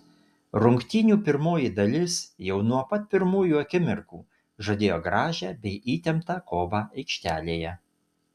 rungtynių pirmoji dalis jau nuo pat pirmųjų akimirkų žadėjo gražią bei įtemptą kovą aikštelėje